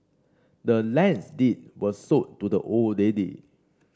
the land's deed was sold to the old lady